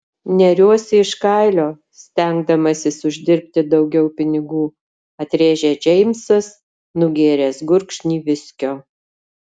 neriuosi iš kailio stengdamasis uždirbti daugiau pinigų atrėžė džeimsas nugėręs gurkšnį viskio